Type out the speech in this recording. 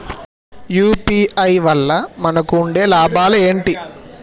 UPI వల్ల మనకు ఉండే లాభాలు ఏంటి?